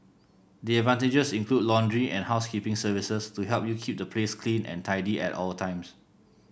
the advantages include laundry and housekeeping services to help you keep the place clean and tidy at all times